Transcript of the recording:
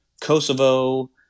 Kosovo